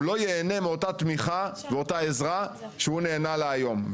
לא ייהנה מאותה תמיכה ואותה עזרה שהוא נהנה ממנה היום.